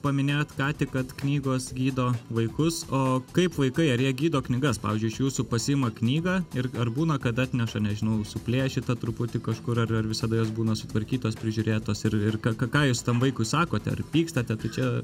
paminėjot ką tik kad knygos gydo vaikus o kaip vaikai ar jie gydo knygas pavyzdžiui iš jūsų pasiima knygą ir ar būna kad atneša nežinau suplėšytą truputį kažkur ar ar visada jos būna sutvarkytos prižiūrėtos ir ir ką ką ką jūs tam vaikui sakote ar pykstate tu čia